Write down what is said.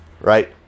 Right